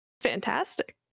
Fantastic